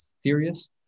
Serious